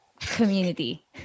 Community